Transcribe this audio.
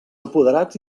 apoderats